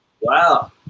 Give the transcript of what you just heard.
Wow